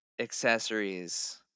accessories